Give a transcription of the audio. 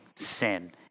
sin